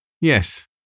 Yes